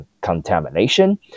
contamination